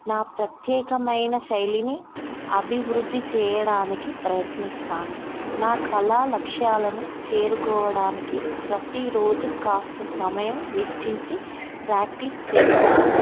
నా ప్రత్యేకమైన శైలిని అభివృద్ధి చేయడానికి ప్రయత్నిస్తాను నా కళా లక్ష్యాలను చేరుకోవడానికి ప్రతిరోజు కాస్త సమయం వెచ్చించి ప్రాక్టీస్ చేస్తాను